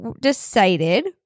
decided